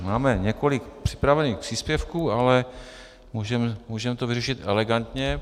Máme několik připravených příspěvků, ale můžeme to vyřešit elegantně.